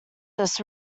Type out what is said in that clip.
this